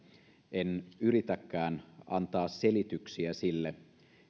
en yritäkään antaa selityksiä sille